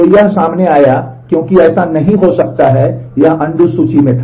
तो यह यह सामने आया क्योंकि ऐसा नहीं हो सकता है यह अनडू सूची में था